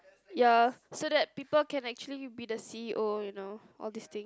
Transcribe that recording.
ya so that people can actually be the C_E_O you know all this thing